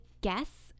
guess